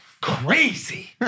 crazy